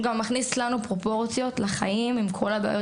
מכניס לנו פרופורציות לחיים עם כל הבעיות